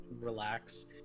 relax